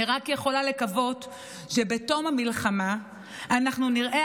אני יכולה רק לקוות שבתום המלחמה אנחנו נראה